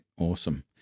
awesome